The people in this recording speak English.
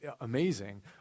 amazing